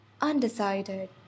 undecided